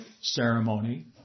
ceremony